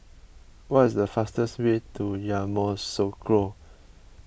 what is the fastest way to Yamoussoukro